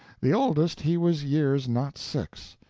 the oldest he was years not six,